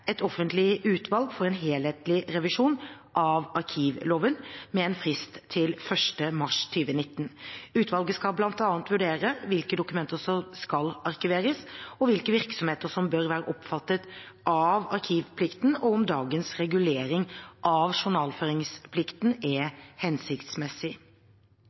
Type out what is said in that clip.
et offentlig utvalg for en helhetlig revisjon av arkivloven, med frist 1. mars 2019. Utvalget skal bl.a. vurdere hvilke dokumenter som skal arkiveres, hvilke virksomheter som bør være omfattet av arkivplikten, og om dagens regulering av journalføringsplikten